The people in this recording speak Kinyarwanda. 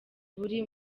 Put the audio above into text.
buri